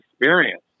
experience